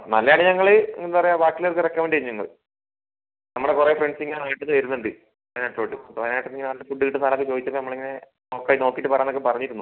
നല്ലതാണേൽ ഞങ്ങള് എന്താ പറയുക ബാക്കി ഉള്ളവർക്ക് റെക്കമെൻറ്റ് ചെയ്യും ഞങ്ങള് നമ്മുടെ കുറെ ഫ്രണ്ട്സ് ഇങ്ങനെ നാട്ടിൽ നിന്ന് വരുന്നുണ്ട് വയനാട്ടോട്ട് അപ്പോൾ വയനാട്ടിൽ നിന്ന് ഇങ്ങനെ നല്ല ഫുഡ് കിട്ടുന്ന സ്ഥലം ഒക്കെ ചോദിച്ചപ്പോൾ നമ്മളിങ്ങനെ അപ്പോൾ നോക്കിയിട്ട് പറ എന്നൊക്കെ പറഞ്ഞിരുന്നു